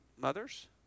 mothers